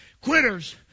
Quitters